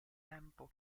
tempo